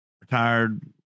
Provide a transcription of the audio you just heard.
retired